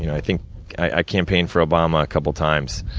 you know i think i campaigned for obama a couple times.